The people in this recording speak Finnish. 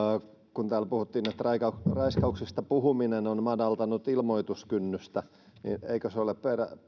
kun täällä puhuttiin että raiskauksista puhuminen on madaltanut ilmoituskynnystä niin eikö se ole peräti hyvä